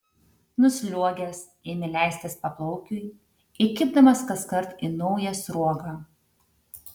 nusliuogęs ėmė leistis paplaukiui įkibdamas kaskart į naują sruogą